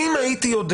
אם הייתי יודע